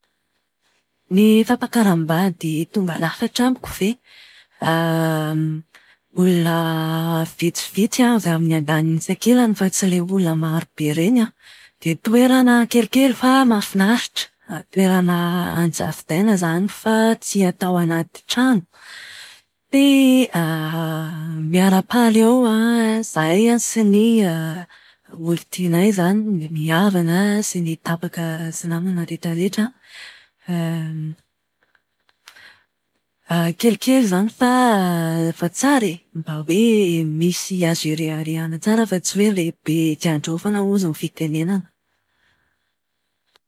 Ny fampakaram-bady tonga lafatra amiko ve? olona vitsivitsy an avy amin'ny andaniny sy ankilany fa tsy ilay olona maro be ireny an, dia toerana kelikely fa mahafinaritra. Toerana an-jaridaina izany fa tsy atao anaty trano. Dia miara-paly eo an, zahay sy ny olon-tianay izany, ny havana sy ny tapaka sy namana rehetrarehetra. Kelikely izany fa fa tsara e! Mba hoe misy azo ireharehana tsara fa tsy hoe ilay be tsy andraofana hozy ny fitenenana.